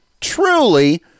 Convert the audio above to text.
truly